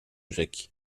rzeki